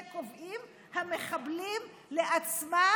את זה קובעים המחבלים לעצמם,